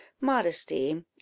modesty